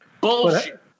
Bullshit